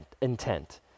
intent